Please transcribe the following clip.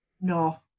no